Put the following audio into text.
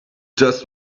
just